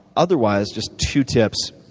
otherwise, just two tips.